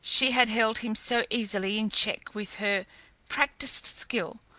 she had held him so easily in check with her practised skill,